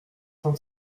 cent